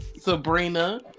Sabrina